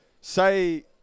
Say